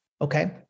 Okay